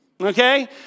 Okay